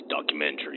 documentary